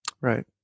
Right